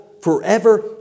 forever